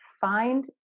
find